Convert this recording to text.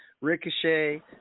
Ricochet